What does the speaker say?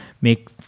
make